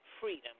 freedom